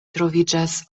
troviĝas